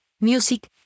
music